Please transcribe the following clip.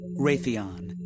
Raytheon